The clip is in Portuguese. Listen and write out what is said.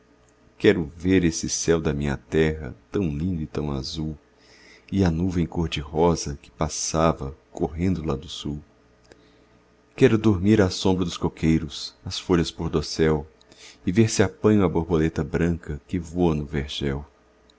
quero ver esse céu da minha terra tão lindo e tão azul e a nuvem cor de rosa que passava correndo lá do sul quero dormir à sombra dos coqueiros as folhas por dossel e ver se apanho a borboleta branca que voa no vergel